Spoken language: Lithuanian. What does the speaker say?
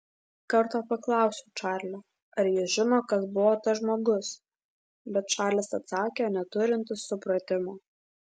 kartą paklausiau čarlio ar jis žino kas buvo tas žmogus bet čarlis atsakė neturintis supratimo